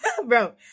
Bro